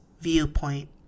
Viewpoint